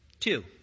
Two